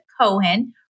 Cohen